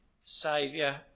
saviour